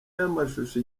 y’amashusho